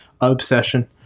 obsession